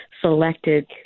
selected